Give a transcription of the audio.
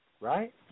Right